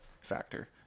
factor